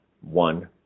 one